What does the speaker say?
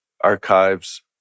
archives